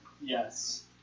Yes